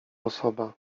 osoba